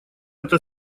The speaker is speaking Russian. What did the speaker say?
эта